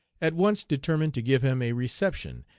at once determined to give him a reception,